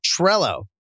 Trello